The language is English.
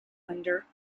under